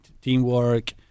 teamwork